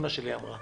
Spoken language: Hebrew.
אימא שלי אמרה